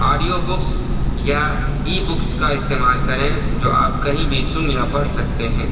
audio books یا e books کا استعمال کریں جو آپ کہیں بھی سن یا پڑھ سکتے ہیں